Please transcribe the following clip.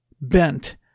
bent